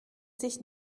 sich